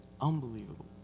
Unbelievable